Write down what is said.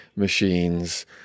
machines